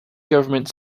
government